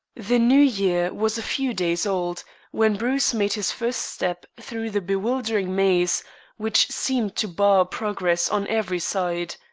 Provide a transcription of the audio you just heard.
the new year was a few days old when bruce made his first step through the bewildering maze which seemed to bar progress on every side.